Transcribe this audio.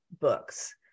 books